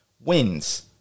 wins